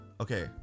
okay